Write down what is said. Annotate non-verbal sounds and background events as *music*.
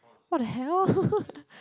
what the hell *laughs*